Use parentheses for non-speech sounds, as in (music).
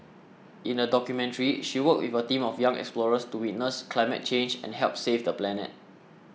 (noise) in the documentary she worked with a team of young explorers to witness climate change and help save the planet